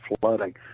flooding